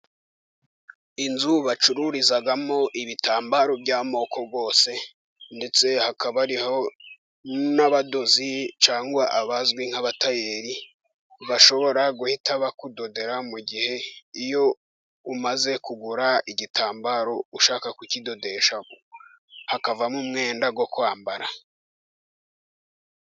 Inzu bacururizamo ibitambaro by'amoko yose. Ndetse hakaba hari n'abadozi cyangwa abazwi nk'abatayeri, bashobora guhita bakudodera mu gihe iyo umaze kugura igitambaro ushaka kukidodesha. Hakavamo umwenda wo kwambara.